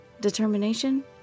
Determination